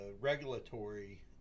regulatory